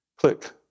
Click